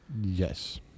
Yes